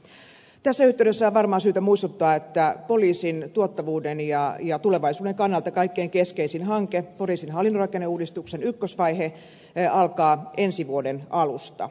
tässä yhteydessä on varmaan syytä muistuttaa että poliisin tuottavuuden ja tulevaisuuden kannalta kaikkein keskeisin hanke poliisin hallinnonrakenneuudistuksen ykkösvaihe alkaa ensi vuoden alusta